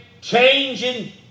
changing